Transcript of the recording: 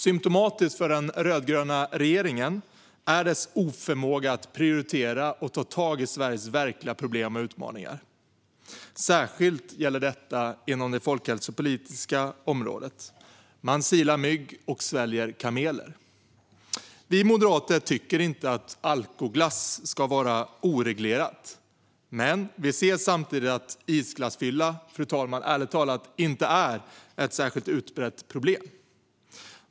Symtomatiskt för den rödgröna regeringen är dess oförmåga att prioritera och ta tag i Sveriges verkliga problem och utmaningar, särskilt inom det folkhälsopolitiska området. Man silar mygg och sväljer kameler. Vi moderater tycker inte att alkoglass ska vara oreglerad, men, fru talman, vi ser samtidigt att isglassfylla ärligt talat inte är ett särskilt utbrett problem.